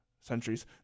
centuries